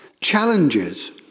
challenges